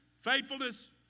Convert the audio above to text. faithfulness